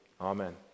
Amen